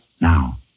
Now